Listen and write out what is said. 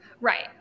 Right